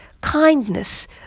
kindness